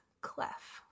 Clef